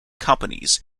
companies